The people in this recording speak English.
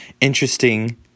Interesting